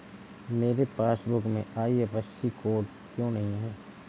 मेरे पासबुक में IFSC code क्यो नहीं है?